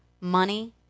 money